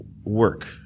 Work